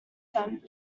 them